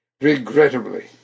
Regrettably